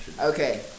Okay